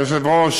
אדוני היושב-ראש,